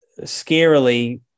scarily